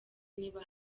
niba